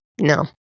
No